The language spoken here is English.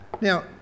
Now